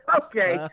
okay